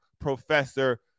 professor